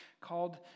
called